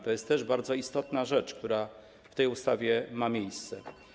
To jest też bardzo istotna rzecz, która w tej ustawie ma miejsce.